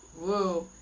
whoa